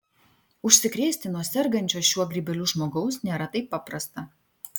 užsikrėsti nuo sergančio šiuo grybeliu žmogaus nėra taip paprasta